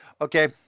Okay